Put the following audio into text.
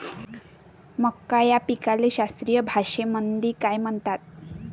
मका या पिकाले शास्त्रीय भाषेमंदी काय म्हणतात?